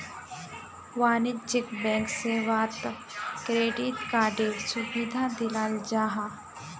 वाणिज्यिक बैंक सेवात क्रेडिट कार्डएर सुविधा दियाल जाहा